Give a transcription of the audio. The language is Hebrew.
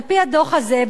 על-פי הדוח הזה,